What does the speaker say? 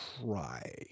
try